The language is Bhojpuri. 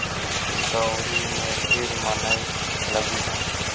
दँवरी में ढेर मनई लगिहन